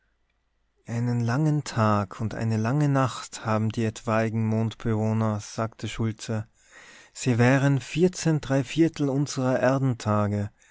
einen langen tag und eine lange nacht haben die etwaigen mondbewohner sagte schultze sie wären unserer erdentage